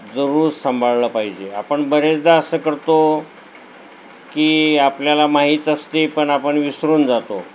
जरूर सांभाळलं पाहिजे आपण बरेचदा असं करतो की आपल्याला माहीत असते पण आपण विसरून जातो